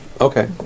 Okay